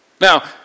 Now